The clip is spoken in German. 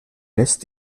lässt